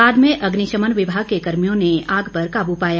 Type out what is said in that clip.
बाद में अग्निशमन विभाग के कर्मियों ने आग पर काबू पाया